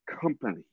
company